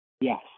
yes